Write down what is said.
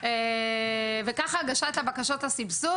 וככה הגשת הבקשות הסבסוד,